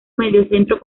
mediocentro